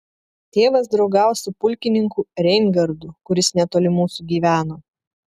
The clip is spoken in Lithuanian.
tėvas draugavo su pulkininku reingardu kuris netoli mūsų gyveno